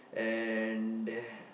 and the